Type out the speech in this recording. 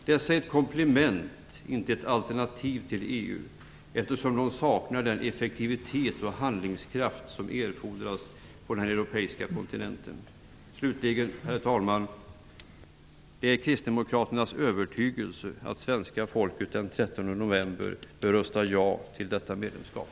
Dessa är ett komplement, inte ett alternativ, till EU, eftersom de saknar den effektivitet och handlingskraft som erfordras på den europeiska kontinenten. Herr talman! Det är Kristdemokraternas övertygelse att svenska folket den 13 november bör rösta ja till detta medlemskap.